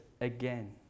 again